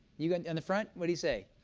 you in the front. what do you say?